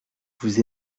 vous